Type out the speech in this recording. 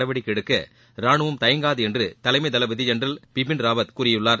நடவடிக்கை எடுக்க ராணுவம் தயங்காது என்று தலைமை தளபதி ஜெனரல் பிபின் ராவத் கூறியுள்ளார்